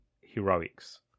heroics